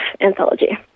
anthology